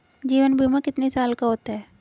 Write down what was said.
जीवन बीमा कितने साल का होता है?